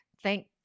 Thank